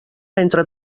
entre